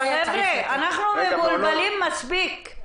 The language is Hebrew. חבר'ה, אנחנו מבולבלים מספיק.